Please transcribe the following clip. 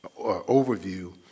overview